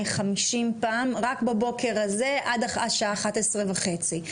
50 פעם רק בבוקר הזה עד השעה 11:30,